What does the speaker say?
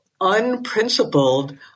unprincipled